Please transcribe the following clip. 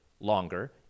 longer